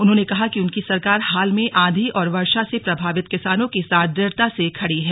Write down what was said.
उन्होंने कहा कि उनकी सरकार हाल में आंधी और वर्षा से प्रभावित किसानों के साथ दृढ़ता से खड़ी है